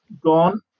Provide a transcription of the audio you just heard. gone